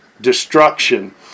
destruction